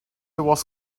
was